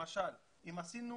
למשל אם עשינו